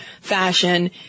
fashion